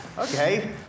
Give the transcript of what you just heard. Okay